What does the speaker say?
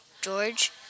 George